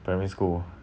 primary school